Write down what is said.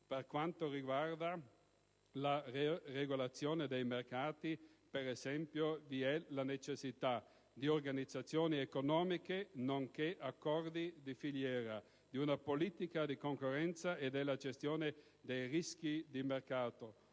Per quanto riguarda la regolazione dei mercati, per esempio, vi è la necessità di organizzazioni economiche, nonché di accordi di filiera, e di una politica della concorrenza e della gestione dei rischi di mercato.